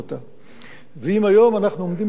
ואם היום אנחנו עומדים במחסור או דברים